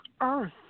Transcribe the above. earth